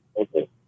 Okay